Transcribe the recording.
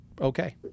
okay